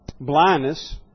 blindness